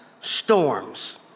storms